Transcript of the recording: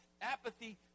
apathy